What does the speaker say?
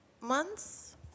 months